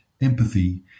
empathy